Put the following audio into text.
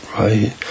right